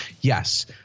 yes